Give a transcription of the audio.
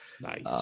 nice